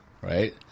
right